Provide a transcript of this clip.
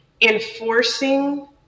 enforcing